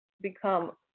become